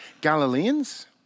Galileans